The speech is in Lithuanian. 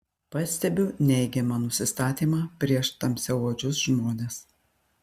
pastebiu neigiamą nusistatymą prieš tamsiaodžius žmones